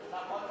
נכון מאוד,